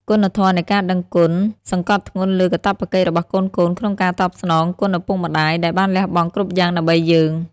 គុណធម៌នៃការដឹងគុណ វសង្កត់ធ្ងន់លើកាតព្វកិច្ចរបស់កូនៗក្នុងការតបស្នងគុណឪពុកម្តាយដែលបានលះបង់គ្រប់យ៉ាងដើម្បីយើង។